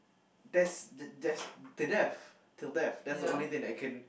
that's the death to death till death that's the only thing that came